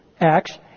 Acts